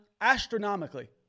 Astronomically